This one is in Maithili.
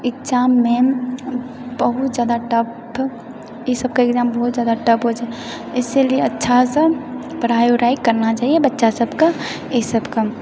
एग्जाममे बहुत जादा टफ ई सबके एग्जाम बहुत जादा टफ होइत छै इसीलिए अच्छासँ पढ़ाइ उढ़ाइ करना चाही बच्चा सबके ई सबकेँ